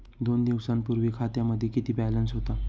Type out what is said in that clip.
दोन दिवसांपूर्वी खात्यामध्ये किती बॅलन्स होता?